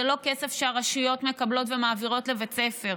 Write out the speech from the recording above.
זה לא כסף שהרשויות מקבלות ומעבירות לבית ספר,